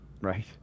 Right